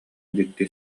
дьикти